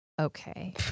okay